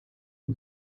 who